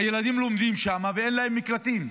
הילדים לומדים בהם ואין להם מקלטים.